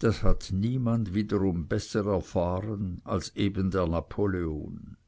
das hat niemand wiederum besser erfahren als eben der napoleon